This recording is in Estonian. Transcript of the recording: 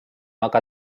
aga